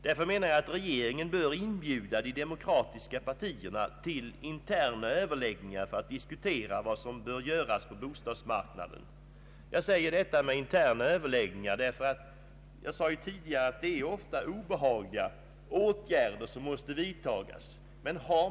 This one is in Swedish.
Jag anser att regeringen bör inbjuda de demokratiska partierna till interna överläggningar för att diskutera vad som bör göras på bostadsmarknaden. Jag säger detta med interna överläggningar därför att, som jag sade tidigare, obehagliga åtgärder måste vidtagas.